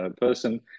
person